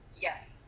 yes